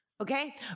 Okay